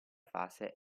fase